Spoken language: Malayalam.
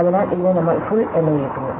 അതിനാൽ ഇതിനെ നമ്മൾ ഫുൾ എന്ന് വിളിക്കുന്നു